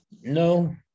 No